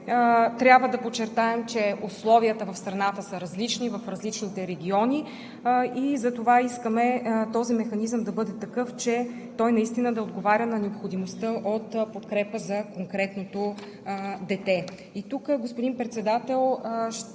трябва да подчертаем, че условията в страната са различни в различните региони и затова искаме този механизъм да бъде такъв, че той наистина да отговаря на необходимостта от подкрепа за конкретното дете. И тук, господин Председател,